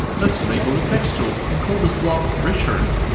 let's enable the text tool and call this blob richard.